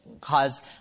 cause